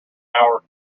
hour